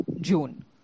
June